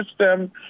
system